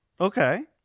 Okay